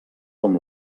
com